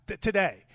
today